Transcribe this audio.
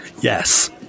Yes